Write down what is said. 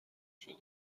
شدی